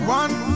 one